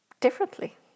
differently